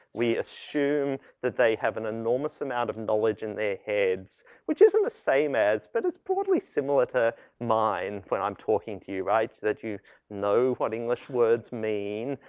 we assume that they have an enormous amount of knowledge in their heads which isn't the same as but it's broadly similar to mine when i'm talking to you right? that you know what english words mean,